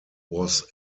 was